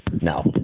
No